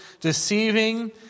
deceiving